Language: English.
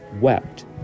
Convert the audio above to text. wept